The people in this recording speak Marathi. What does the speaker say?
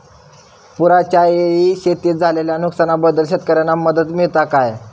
पुराच्यायेळी शेतीत झालेल्या नुकसनाबद्दल शेतकऱ्यांका मदत मिळता काय?